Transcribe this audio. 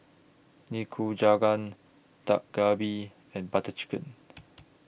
Nikujaga Dak Galbi and Butter Chicken